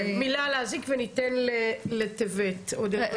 כן, מילה על האזיק וניתן לטפת לדבר.